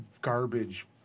garbage-